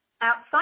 Outside